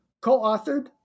co-authored